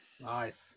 Nice